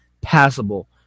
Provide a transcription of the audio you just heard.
Passable